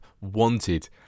wanted